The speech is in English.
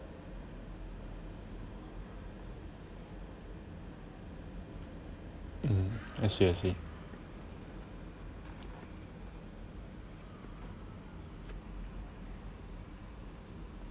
mm I see I see